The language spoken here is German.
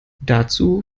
dazu